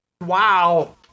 wow